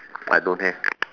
I don't have